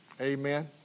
Amen